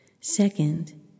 Second